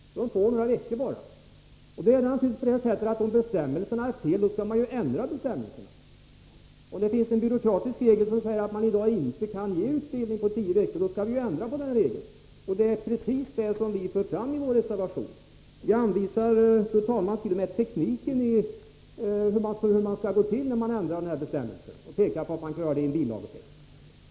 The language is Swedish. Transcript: De får utbildning under endast några veckor. Om bestämmelserna är felaktiga skall man ändra dem. Det finns en byråkratisk regel som säger att man i dag inte kan ge utbildning på tio veckor. Därför bör man ändra på den regeln, och det är precis det som vi för fram i vår reservation. Vi anvisar, fru talman, t.o.m. tekniken för hur det skall gå till när rian ändrar den här bestämmelsen, och vi har pekat på att man klarar det i en bilagetext.